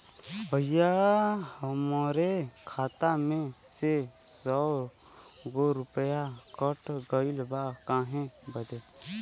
भईया हमरे खाता में से सौ गो रूपया कट गईल बा काहे बदे?